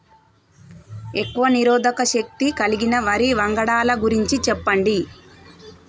ఎక్కువ రోగనిరోధక శక్తి కలిగిన వరి వంగడాల గురించి చెప్పండి?